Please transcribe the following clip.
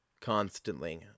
constantly